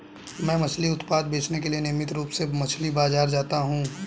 मैं मछली उत्पाद बेचने के लिए नियमित रूप से मछली बाजार जाता हूं